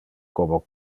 como